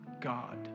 God